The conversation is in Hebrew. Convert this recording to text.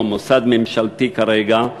או מוסד ממשלתי כרגע,